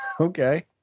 Okay